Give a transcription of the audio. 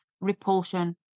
repulsion